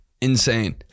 Insane